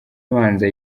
abanza